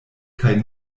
kaj